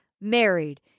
married